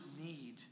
need